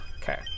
okay